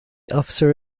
officer